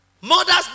Mothers